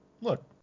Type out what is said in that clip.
look